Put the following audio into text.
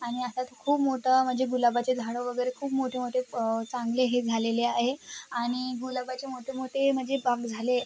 आणि आता खूप मोठं म्हणजे गुलाबाचे झाडं वगैरे खूप मोठे मोठे प चांगले हे झालेले आहे आणि गुलाबाचे मोठे मोठे म्हणजे बाग झाले